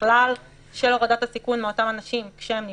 בכלל של הורדת הסיכון מאותם אנשים כשהם נבדקים,